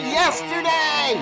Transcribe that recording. yesterday